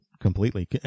completely